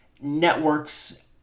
networks